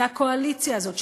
הקואליציה הזאת,